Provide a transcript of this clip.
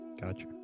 Gotcha